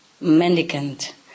mendicant